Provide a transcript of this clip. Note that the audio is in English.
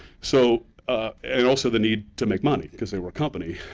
so and also the need to make money, because they were a company.